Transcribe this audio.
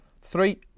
Three